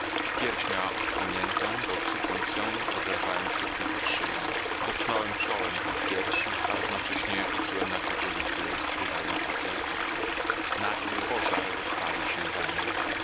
miała odsłoniętą bo cucąc ją rozerwałem suknię pod szyją dotknąłem czołem tej piersi a równocześnie uczułem na głowie łzy spływające jej z oczu nagły pożar rozpalił się we mnie